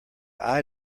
eye